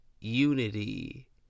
Unity